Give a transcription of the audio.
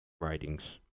writings